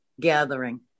gathering